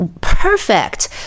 perfect